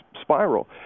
spiral